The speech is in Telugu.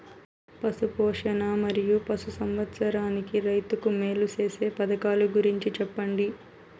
పశు పోషణ మరియు పశు సంవర్థకానికి రైతుకు మేలు సేసే పథకాలు గురించి చెప్పండి?